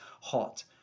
hot